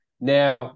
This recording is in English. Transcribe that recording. Now